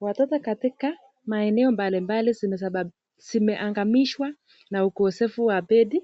Watoto katika maeneo mbalimbali wameangamishwa na ukosefu wa pedi